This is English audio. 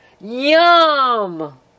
Yum